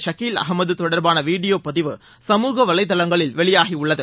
ஷகீல் அகமது தொடர்பாள வீடியோ பதிவு சமூக வலைதளங்களில் வெளியாகியுள்ளது